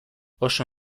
oso